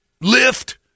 lift